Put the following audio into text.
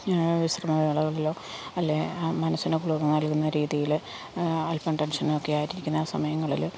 അല്ലെങ്കിൽ മനസ്സിന് കുളിർമ നൽകുന്ന രീതിയിൽ അൽപ്പം ടെൻഷൻ ഒക്കെ ആയിരിക്കുന്ന സമയങ്ങളിൽ